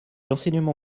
l’enseignement